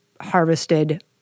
harvested